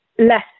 less